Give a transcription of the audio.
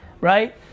right